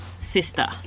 sister